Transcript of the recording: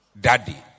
daddy